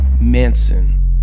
Manson